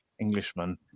Englishman